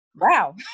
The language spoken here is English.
Wow